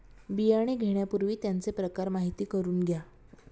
बियाणे घेण्यापूर्वी त्यांचे प्रकार माहिती करून घ्या